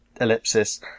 Ellipsis